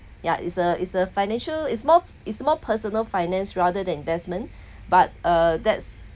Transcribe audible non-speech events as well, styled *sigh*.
ya is a is a financial is more is more personal finance rather than investment *breath* but uh that's